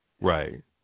Right